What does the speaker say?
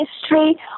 history